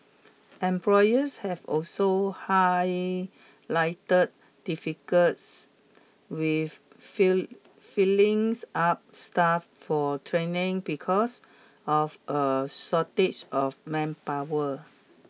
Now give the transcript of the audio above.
employers have also highlighted difficulties with freeings up staff for training because of a shortage of manpower